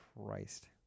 christ